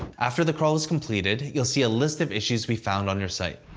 after the crawl has completed, you'll see a list of issues we found on your site.